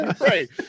Right